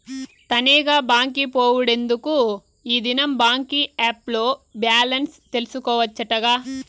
తనీగా బాంకి పోవుడెందుకూ, ఈ దినం బాంకీ ఏప్ ల్లో బాలెన్స్ తెల్సుకోవచ్చటగా